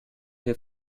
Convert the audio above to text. wir